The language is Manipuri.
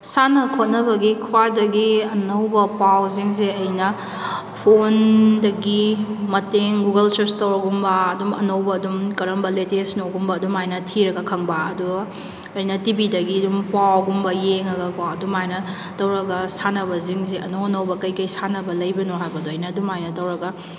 ꯁꯥꯟꯅ ꯈꯣꯠꯅꯕꯒꯤ ꯈ꯭ꯋꯥꯏꯗꯒꯤ ꯑꯅꯧꯕ ꯄꯥꯎꯁꯤꯡꯁꯦ ꯑꯩꯅ ꯐꯣꯟꯗꯒꯤ ꯃꯇꯦꯡ ꯒꯨꯒꯜ ꯁꯔꯁ ꯇꯧꯔꯒꯨꯝꯕ ꯑꯗꯨꯝ ꯑꯅꯧꯕ ꯑꯗꯨꯝ ꯀꯔꯝꯕ ꯂꯦꯇꯦꯁꯅꯣꯒꯨꯝꯕ ꯑꯗꯨꯃꯥꯏꯅ ꯊꯤꯔꯒ ꯈꯪꯕ ꯑꯗꯨ ꯑꯩꯅ ꯇꯤꯚꯤꯗꯒꯤ ꯑꯗꯨꯝ ꯄꯥꯎꯒꯨꯝꯕ ꯌꯦꯡꯉꯒꯀꯣ ꯑꯗꯨꯃꯥꯏꯅ ꯇꯧꯔꯒ ꯁꯥꯟꯅꯕꯁꯤꯡꯁꯦ ꯑꯅꯧ ꯑꯅꯧꯕ ꯀꯩꯀꯩ ꯁꯥꯟꯅꯕ ꯂꯩꯕꯅꯣ ꯍꯥꯏꯕꯗꯣ ꯑꯩꯅ ꯑꯗꯨꯃꯥꯏꯅ ꯇꯧꯔꯒ